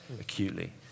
acutely